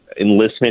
enlistment